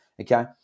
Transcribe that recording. okay